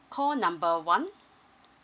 call number one